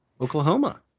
Oklahoma